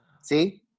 see